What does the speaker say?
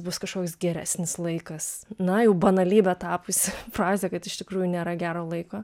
bus kažkoks geresnis laikas na jau banalybe tapusi frazė kad iš tikrųjų nėra gero laiko